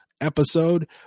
episode